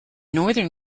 northern